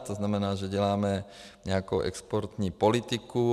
To znamená, že děláme nějakou exportní politiku.